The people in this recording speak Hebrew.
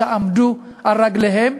שעמדו על רגליהם,